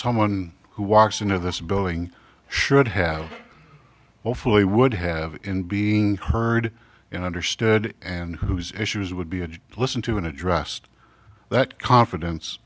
someone who walks into this boeing should have hopefully would have been being heard and understood and whose issues would be a to listen to in addressed that confidence